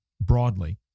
broadly